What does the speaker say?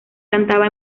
cantaba